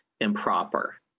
improper